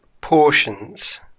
portions